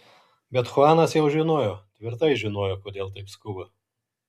bet chuanas jau žinojo tvirtai žinojo kodėl taip skuba